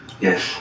Yes